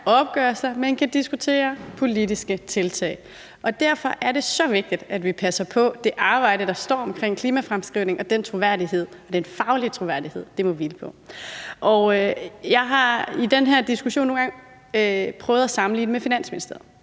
men kan diskutere politiske tiltag. Derfor er det så vigtigt, at vi i det arbejde, der er omkring klimafremskrivningen, passer på den faglige troværdighed, det må hvile på. Jeg har i den her diskussion nogle gange prøvet at sammenligne med Finansministeriet,